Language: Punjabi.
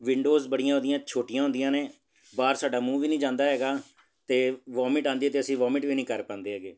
ਵਿੰਡੋਜ਼ ਬੜੀਆਂ ਉਹਦੀਆਂ ਛੋਟੀਆਂ ਹੁੰਦੀਆਂ ਨੇ ਬਾਹਰ ਸਾਡਾ ਮੂੰਹ ਵੀ ਨਹੀਂ ਜਾਂਦਾ ਹੈਗਾ ਅਤੇ ਵੋਮਿਟ ਆਉਂਦੀ ਅਤੇ ਅਸੀਂ ਵੋਮਿਟ ਵੀ ਨਹੀਂ ਕਰ ਪਾਉਂਦੇ ਹੈਗੇ